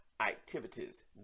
activities